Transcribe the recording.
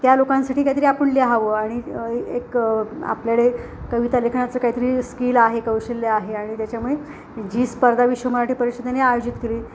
त्या लोकांसाठी काहीतरी आपण लिहावं आणि एक आपल्याकडे कविता लेखनाचं काहीतरी स्किल आहे कौशल्य आहे आणि त्याच्यामुळे जी स्पर्धा विश्व मराठी परिषदेने आयोजित केली